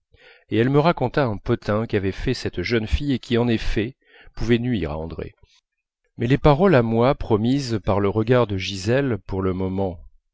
et elle me raconta un potin qu'avait fait cette jeune fille et qui en effet pouvait nuire à andrée mais les paroles à moi promises par le regard de gisèle pour le moment